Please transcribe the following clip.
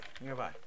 nearby